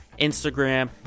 Instagram